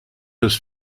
has